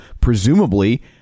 presumably